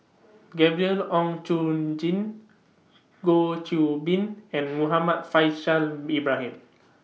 Gabriel Oon Chong Jin Goh Qiu Bin and Muhammad Faishal Ibrahim